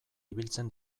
ibiltzen